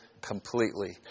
completely